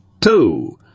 Two